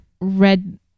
red